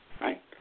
right